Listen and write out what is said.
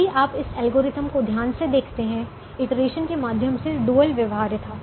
यदि आप इस एल्गोरिथ्म को ध्यान से देखते हैं इटरेशनस के माध्यम से डुअल व्यवहार्य था